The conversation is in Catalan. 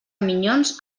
minyons